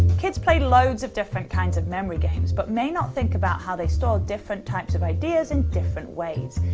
kids play loads of different kinds of memory games, but may not think about how they store different types of ideas in different ways.